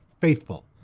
faithful